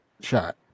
shot